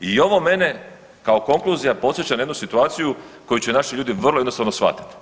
I ovo mene kao konkluzija podsjeća na jednu situaciju koju će naši ljudi vrlo jednostavno shvatiti.